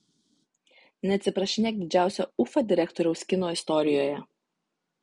neatsiprašinėk didžiausio ufa direktoriaus kino istorijoje